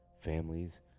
families